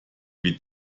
wie